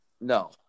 No